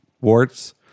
warts